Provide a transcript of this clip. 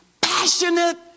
Passionate